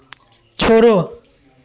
छोड़ो